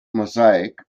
mosaic